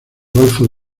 golfo